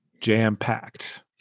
jam-packed